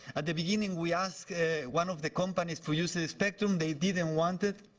at the beginning we asked one of the companies to use the the spectrum, they didn't want it.